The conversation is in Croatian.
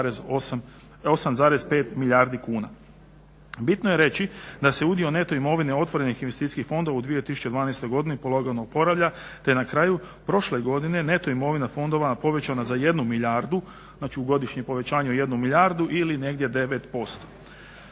8,5 milijardi kuna. Bitno je reći da se udio neto imovine otvorenih investicijskih fondova u 2012. godini polagano oporavlja, te na kraju prošle godine neto imovina fondova povećana za jednu milijardu. Znači, u godišnje povećanje od jednu milijardu ili negdje 9%.